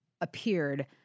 appeared